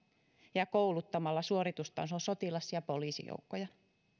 ja ja kouluttamalla suoritustason sotilas ja poliisijoukkoja